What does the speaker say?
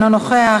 אינו נוכח,